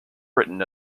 written